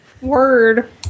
word